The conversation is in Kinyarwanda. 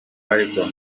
ariko